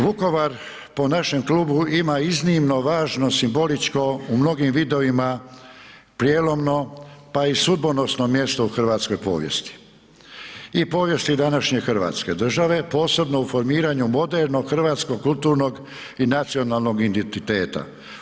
Vukovar po našem klubu ima iznimno važno simbolično, u mnogim vidovima prijelomno pa i sudbonosno mjesto u hrvatskoj povijesti i povijesti današnje Hrvatske države posebno u formiranju modernog hrvatskog kulturnog i nacionalnog identiteta.